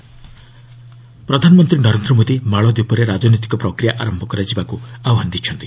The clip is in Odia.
ପିଏମ୍ ମାଲ୍ଦୀପ୍ସ୍ ପ୍ରଧାନମନ୍ତ୍ରୀ ନରେନ୍ଦ୍ର ମୋଦି ମାଳଦୀପରେ ରାଜନୈତିକ ପ୍ରକ୍ରିୟା ଆରମ୍ଭ କରାଯିବାକୁ ଆହ୍ୱାନ ଦେଇଛନ୍ତି